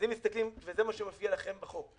וזה מה שמופיע לכם בחוק.